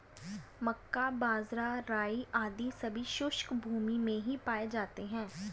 मक्का, बाजरा, राई आदि सभी शुष्क भूमी में ही पाए जाते हैं